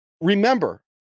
remember